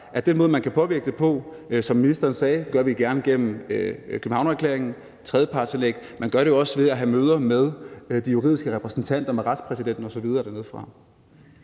den måde, man kan påvirke det på. Som ministeren sagde, gør vi det gerne gennem Københavnererklæringen og tredjepartsindlæg. Man gør det jo også ved at have møder med de juridiske repræsentanter, med retspræsidenten osv.